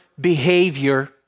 behavior